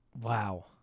wow